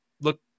look